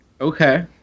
Okay